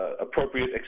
appropriate